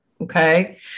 Okay